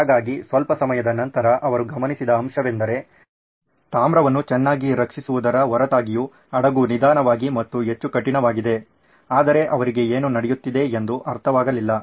ಹಾಗಾಗಿ ಸ್ವಲ್ಪ ಸಮಯದ ನಂತರ ಅವರು ಗಮನಿಸಿದ ಅಂಶವೆಂದರೆ ತಾಮ್ರವನ್ನು ಚೆನ್ನಾಗಿ ರಕ್ಷಿಸುವುದರ ಹೊರತಗಿಯೂ ಹಡಗು ನಿಧಾನವಾಗಿ ಮತ್ತು ಹೆಚ್ಚು ಕಠಿಣವಾಗಿದೆ ಆದರೆ ಅವರಿಗೆ ಏನು ನಡೆಯುತ್ತೀದೆ ಎಂದು ಅರ್ಥವಾಗಲಿಲ್ಲ